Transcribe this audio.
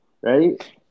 right